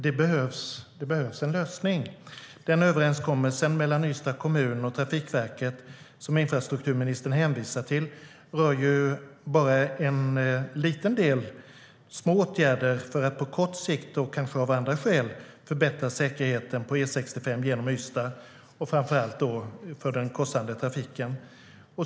Det behövs en lösning. Den överenskommelse mellan Ystads kommun och Trafikverket som infrastrukturministern hänvisar till rör bara en liten del och små åtgärder för att på kort sikt och kanske av andra skäl förbättra säkerheten på E65 genom Ystad, framför allt för den korsande trafiken.